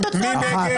2 בעד.